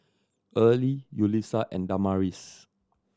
Earley Yulissa and Damaris